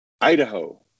Idaho